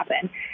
happen